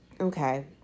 okay